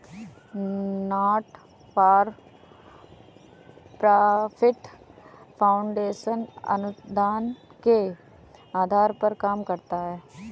not for profit foundation अनुदान के आधार पर काम करता है